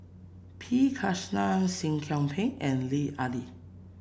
P Krishnan Seah Kian Peng and Lut Ali